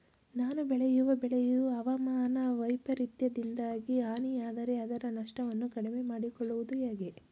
ನಾನು ಬೆಳೆಯುವ ಬೆಳೆಯು ಹವಾಮಾನ ವೈಫರಿತ್ಯದಿಂದಾಗಿ ಹಾನಿಯಾದರೆ ಅದರ ನಷ್ಟವನ್ನು ಕಡಿಮೆ ಮಾಡಿಕೊಳ್ಳುವುದು ಹೇಗೆ?